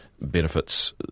benefits